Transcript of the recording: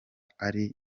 ari